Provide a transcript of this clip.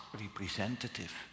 representative